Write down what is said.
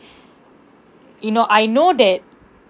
you know I know that